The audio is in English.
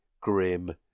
grim